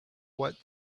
what